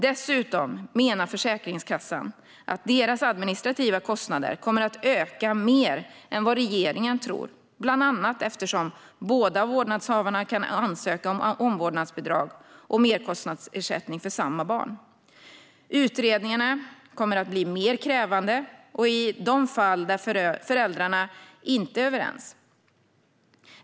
Dessutom menar Försäkringskassan att deras administrativa kostnader kommer att öka mer än vad regeringen tror, bland annat eftersom båda vårdnadshavarna kan ansöka om omvårdnadsbidrag och merkostnadsersättning för samma barn. Utredningarna kommer att bli mer krävande i de fall där föräldrarna inte är överens.